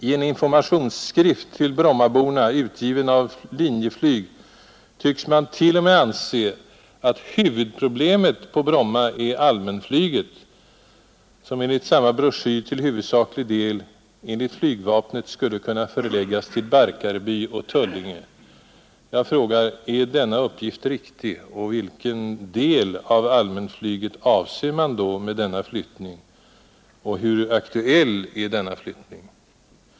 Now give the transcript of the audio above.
I en informationsskrift till brommaborna, utgiven av Linjeflyg, tycks man t.o.m. anse att huvudproblemet på Bromma är allmänflyget, som enligt samma broschyr till huvudsaklig del enligt flygvapnet skulle kunna förläggas till Barkarby och Tullinge. Jag frågar: Är denna uppgift riktig, vilken del av allmänflyget avser man med denna flyttning och hur aktuell är den?